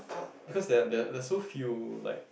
because there there're there're so few like